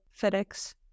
FedEx